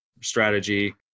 strategy